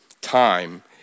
Time